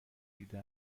دیده